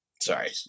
Sorry